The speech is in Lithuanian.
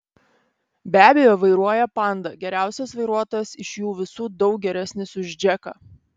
be abejo vairuoja panda geriausias vairuotojas iš jų visų daug geresnis už džeką